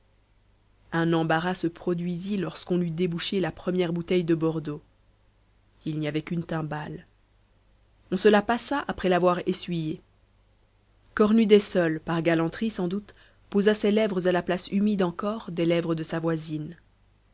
un embarras se produisit lorsqu'on eût débouché la première bouteille de bordeaux il n'y avait qu'une timbale on se la passa après l'avoir essuyée cornudet seul par galanterie sans doute posa ses lèvres à la place humide encore des lèvres de sa voisine